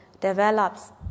develops